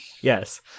Yes